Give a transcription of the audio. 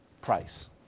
price